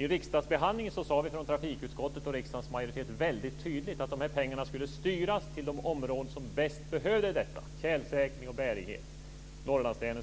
I riksdagsbehandlingen sade vi från trafikutskottet och riksdagens majoritet väldigt tydligt att de här pengarna skulle styras till de områden som bäst behövde dem för kärlsäkring och bärighet, nämligen